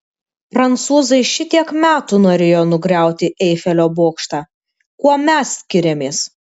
prancūzai šitiek metų norėjo nugriauti eifelio bokštą kuo mes skiriamės